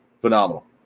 phenomenal